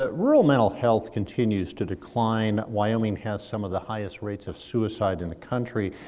ah rural mental health continues to decline. wyoming has some of the highest rates of suicide in the country,